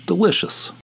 Delicious